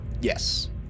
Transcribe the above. Yes